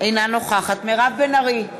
אינה נוכחת מירב בן ארי,